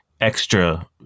extra